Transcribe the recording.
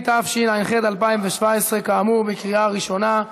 התשע"ח 2017, כאמור, בקריאה ראשונה.